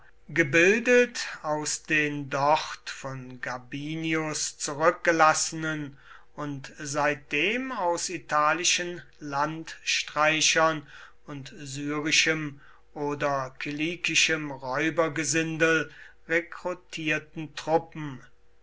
gebildet aus den dort von gabinius zurückgelassenen und seitdem aus italischen landstreichern und syrischem oder kilikischem räubergesindel rekrutierten truppen